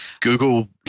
Google